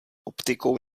optikou